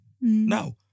now